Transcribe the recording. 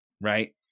right